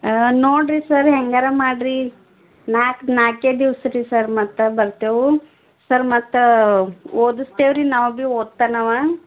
ಹಾಂ ನೋಡಿರಿ ಸರ್ ಹೇಗಾರ ಮಾಡಿರಿ ನಾಲ್ಕು ನಾಲ್ಕೆ ದಿವ್ಸ ರಿ ಸರ್ ಮತ್ತೆ ಬರ್ತೇವು ಸರ್ ಮತ್ತೆ ಓದಸ್ತೇವೆ ರಿ ನಾವು ಭಿ ಓದ್ತಾನವ